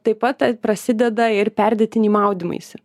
taip pat prasideda ir perdėtiniai maudymaisi